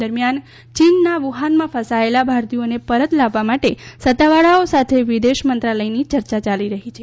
દરમિયાન ચીનના વુહાનમાં ફસાયેલા ભારતીયોને પરત લાવવા માટે સત્તાવાળાઓ સાથે વિદેશમંત્રાલયની યર્ચા યાલી રહી છે